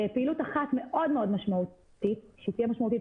פעילות אחת מאוד מאוד משמעותית שהיא תהיה משמעותית